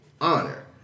honor